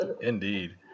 Indeed